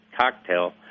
cocktail